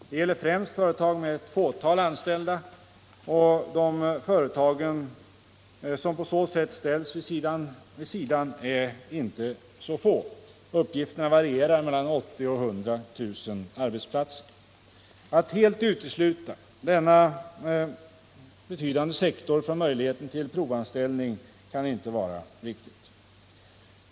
Det gäller främst företag med ett fåtal anställda, och de företag som på så sätt ställs vid sidan är inte så få. Uppgifterna varierar mellan 80 000 och 100 000 arbetsplatser. Att helt utesluta denna sektor från möjligheten till provanställning kan inte vara riktigt.